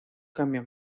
cambia